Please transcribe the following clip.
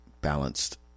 balanced